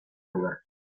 lugar